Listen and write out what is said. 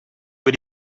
über